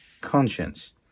conscience